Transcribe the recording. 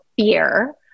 fear